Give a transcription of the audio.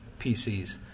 PCs